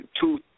two